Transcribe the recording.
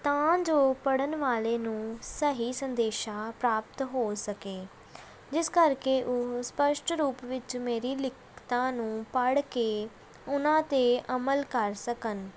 ਤਾਂ ਜੋ ਪੜ੍ਹਨ ਵਾਲੇ ਨੂੰ ਸਹੀ ਸੰਦੇਸ਼ਾ ਪ੍ਰਾਪਤ ਹੋ ਸਕੇ ਜਿਸ ਕਰਕੇ ਉਹ ਸਪੱਸ਼ਟ ਰੂਪ ਵਿੱਚ ਮੇਰੀ ਲਿਖਤਾਂ ਨੂੰ ਪੜ੍ਹ ਕੇ ਉਹਨਾਂ 'ਤੇ ਅਮਲ ਕਰ ਸਕਣ